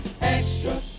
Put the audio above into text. Extra